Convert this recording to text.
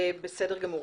בסדר גמור.